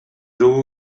dugu